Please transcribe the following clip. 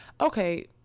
okay